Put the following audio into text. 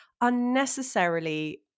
unnecessarily